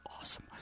awesome